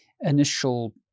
initial